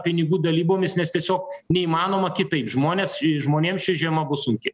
pinigų dalybomis nes tiesiog neįmanoma kitaip žmonės žmonėms ši žiema bus sunki